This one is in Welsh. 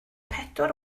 pedwar